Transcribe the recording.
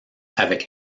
avec